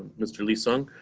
mr. lee-sung.